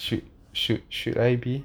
should should should I be